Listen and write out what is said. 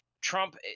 Trump